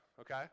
okay